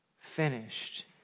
Finished